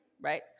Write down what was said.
right